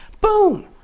boom